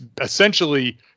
essentially